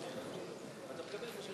נתקבל.